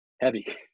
heavy